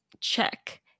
check